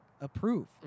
approve